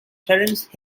terence